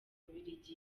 bubiligi